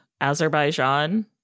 Azerbaijan